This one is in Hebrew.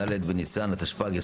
ד' ניסן התשפ"ג,